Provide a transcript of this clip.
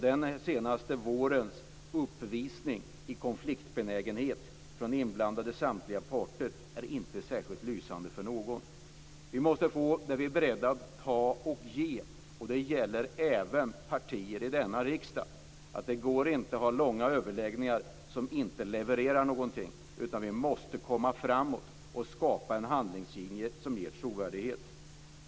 Den senaste vårens uppvisning i konfliktbenägenhet från samtliga inblandade parter är inte särskilt lysande för någon. Vi måste vara beredda att ta och ge, och det gäller även partier i denna riksdag. Det går inte att ha långa överläggningar som inte levererar någonting, utan vi måste komma framåt och skapa en handlingslinje som ger trovärdighet.